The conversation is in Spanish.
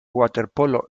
waterpolo